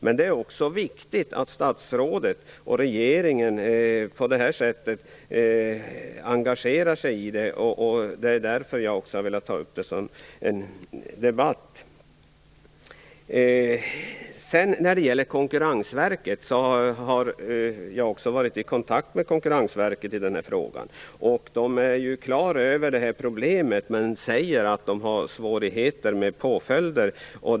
Men det är viktigt att statsrådet och regeringen engagerar sig i frågan. Det är också därför jag vill ta upp frågan till debatt. Jag har också varit i kontakt med Konkurrensverket i denna fråga. Man är klar över problemet men säger att man har svårigheter med påföljder.